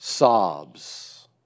sobs